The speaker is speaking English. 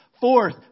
Fourth